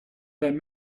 that